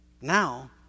now